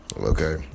Okay